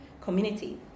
community